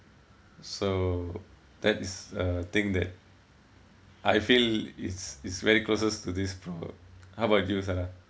so that is a thing that I feel it's it's very closest to distraught how about you sala